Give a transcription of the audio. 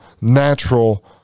natural